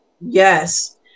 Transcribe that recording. Yes